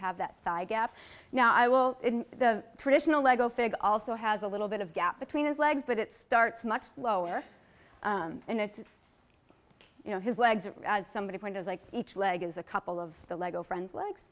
have that side gap now i will in the traditional lego fig also has a little bit of gap between his legs but it starts much slower and it's you know his legs as somebody point is like each leg is a couple of the lego friends l